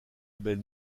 label